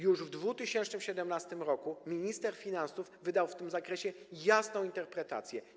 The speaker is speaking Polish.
Już w 2017 r. minister finansów wydał w tym zakresie jasną interpretację.